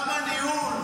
גם הניהול.